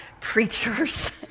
preachers